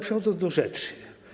Przechodzę do rzeczy.